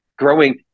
Growing